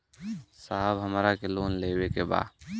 साहब हमरा के लोन लेवे के बा